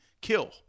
kill